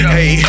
Hey